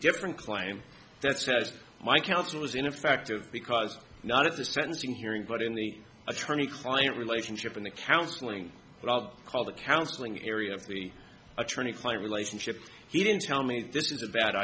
different claim that says my counsel was ineffective because not at the sentencing hearing but in the attorney client relationship and the counseling that i'll call the counseling area of the attorney client relationship he didn't tell me that this is a bad